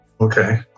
Okay